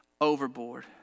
overboard